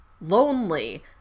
lonely